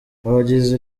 abagize